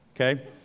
Okay